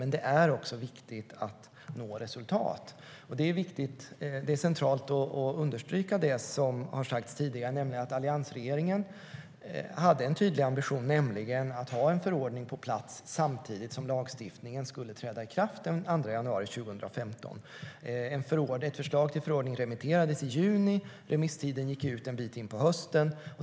Men det är också viktigt att nå resultat. Det är centralt att understryka det som har sagts tidigare, nämligen att alliansregeringen hade en tydlig ambition att ha en förordning på plats samtidigt som lagstiftningen skulle träda i kraft den 2 januari 2015. Ett förslag till förordning remitterades i juni, och remisstiden gick ut en bit in på hösten.